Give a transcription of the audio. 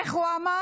איך הוא אמר?